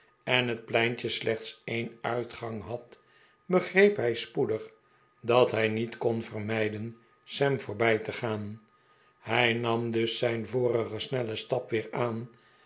en het pleintje slechts een uitgang had begreep hij spoedig dat hij niet kon vermijden sam voorbij te gaan hij nam dus zijn vorigen snellen stap weer aan